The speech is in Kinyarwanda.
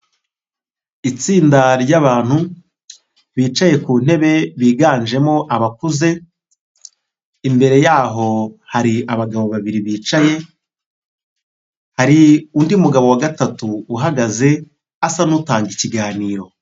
Itsinda ry'abantu bicaye ku ntebe biganjemo abakuze, imbere yaho hari abagabo babiri bicaye hari undi mugabo wa gatatu uhagaze asa n'utanga ikiganiro.